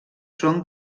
són